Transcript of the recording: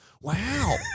Wow